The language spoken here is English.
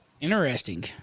Interesting